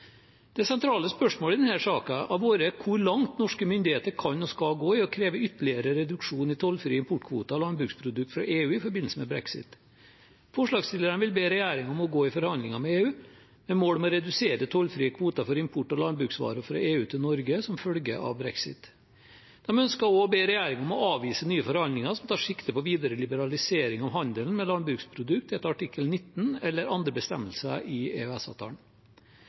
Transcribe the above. Det sentrale spørsmålet i denne saken har vært hvor langt norske myndigheter kan og skal gå i å kreve ytterligere reduksjon i tollfrie importkvoter av landbruksprodukter fra EU i forbindelse med brexit. Forslagsstillerne vil be regjeringen om å gå i forhandlinger med EU med mål om å redusere tollfrie kvoter for import av landbruksvarer fra EU til Norge som følge av brexit. De ønsker også å be regjeringen om å avvise nye forhandlinger som tar sikte på videre liberalisering av handelen med landbruksprodukter etter artikkel 19 eller andre bestemmelser i